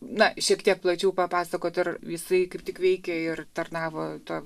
na šiek tiek plačiau papasakot ar jisai kaip tik veikė ir tarnavo to